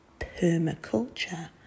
permaculture